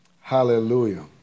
Hallelujah